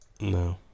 No